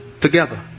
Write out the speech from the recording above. together